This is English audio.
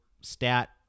stat